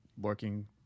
working